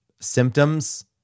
symptoms